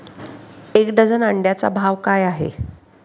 एक डझन अंड्यांचा भाव काय आहे?